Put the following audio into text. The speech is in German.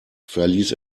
verließ